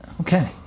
Okay